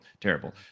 terrible